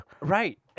Right